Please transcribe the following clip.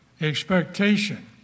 expectation